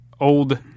old